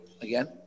Again